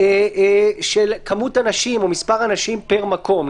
של כמות אנשים או מספר אנשים פר מקום,